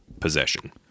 possession